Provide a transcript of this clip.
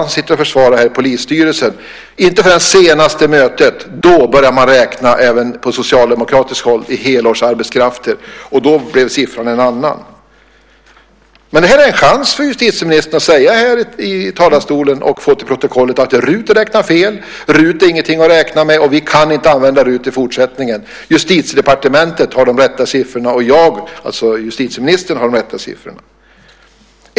Inte ens hans partikamrater i polisstyrelsen i Dalarna försvarar det. Vid senaste mötet började man även på socialdemokratiskt håll att räkna helårsarbetskrafter, och då blev siffran en annan. Nu har justitieministern en chans att här i talarstolen säga att RUT räknar fel och få det taget till protokollet. Då är RUT inget att räkna med, och vi kan inte använda RUT i fortsättningen. Då är det Justitiedepartementet och justitieministern som har de rätta siffrorna.